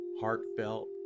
heartfelt